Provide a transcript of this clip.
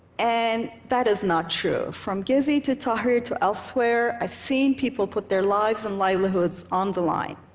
and that is not true. from gezi to tahrir to elsewhere, i've seen people put their lives and livelihoods on the line.